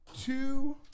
two